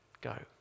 go